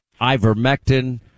Ivermectin